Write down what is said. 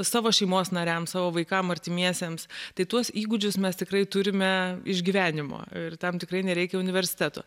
savo šeimos nariams savo vaikam artimiesiems tai tuos įgūdžius mes tikrai turime iš gyvenimo ir tam tikrai nereikia universitetų